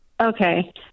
Okay